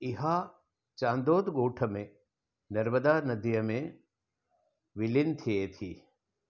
इहा चांदोद ॻोठ में नर्मदा नदीअ में विलीन थिए थी